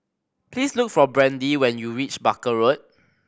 please look for Brandy when you reach Barker Road